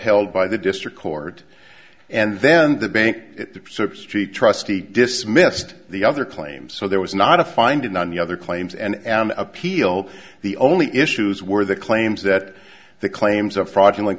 held by the district court and then the bank at the street trustee dismissed the other claims so there was not a finding on the other claims and appeal the only issues were the claims that the claims of fraudulent